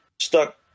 stuck